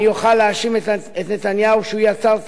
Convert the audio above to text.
אני אוכל להאשים את נתניהו שהוא יצר את